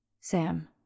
Sam